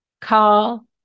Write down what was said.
Call